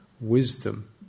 wisdom